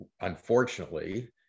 Unfortunately